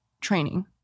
training